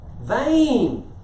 Vain